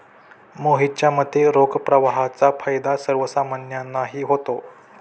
मोहितच्या मते, रोख प्रवाहाचा फायदा सर्वसामान्यांनाही होतो